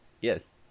Yes